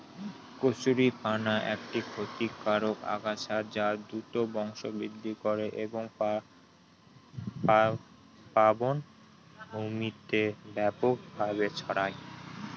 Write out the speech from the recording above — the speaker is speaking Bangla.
কচুরিপানা একটি ক্ষতিকারক আগাছা যা দ্রুত বংশবৃদ্ধি করে এবং প্লাবনভূমিতে ব্যাপকভাবে ছড়ায়